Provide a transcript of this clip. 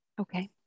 okay